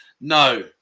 no